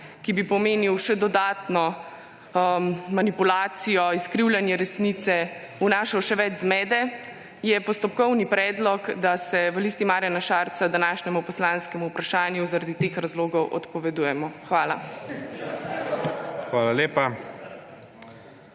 ki bi pomenil še dodatno manipulacijo, izkrivljanje resnice in bi vnašal še več zmede, je postopkovni predlog, da se v Listi Marjana Šarca današnjemu poslanskemu vprašanju zaradi teh razlogov odpovedujemo. Hvala.